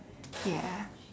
ya